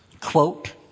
quote